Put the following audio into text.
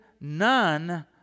none